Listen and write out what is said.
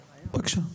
בבקשה.